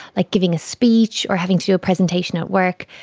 like giving a speech or having to do a presentation at work,